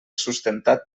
sustentat